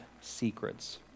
secrets